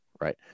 right